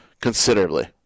considerably